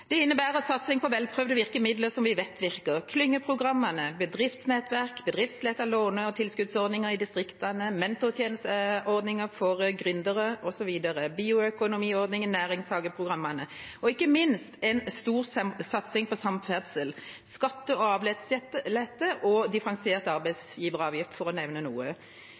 Det innebærer satsing på velprøvde virkemidler som vi vet virker: klyngeprogrammer, bedriftsnettverk, bedriftsrettede låne- og tilskuddsordninger i distriktene, mentorordninger for gründere, bioøkonomiordning og næringshageprogrammene – og ikke minst en stor satsing på samferdsel, skatte- og avgiftslette og differensiert arbeidsgiveravgift, for å nevne noe.